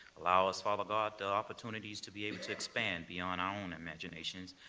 allow us, father, god, the opportunities to be able to expand beyond our own imaginations,